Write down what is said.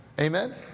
Amen